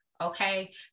okay